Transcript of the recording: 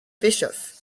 bischoff